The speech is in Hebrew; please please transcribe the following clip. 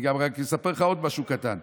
אני גם רק אספר לך עוד משהו קטן.